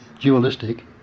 dualistic